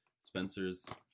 Spencer's